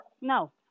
no